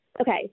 okay